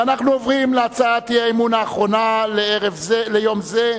ואנחנו עוברים להצעת האי-אמון האחרונה ליום זה,